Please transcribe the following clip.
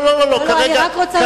אני רק רוצה להגיד מלה אחת.